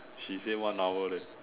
she say one hour leh